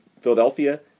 Philadelphia